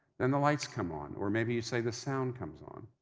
then the lights come on, or maybe you'd say, the sound comes on,